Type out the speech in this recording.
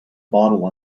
bottle